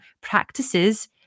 practices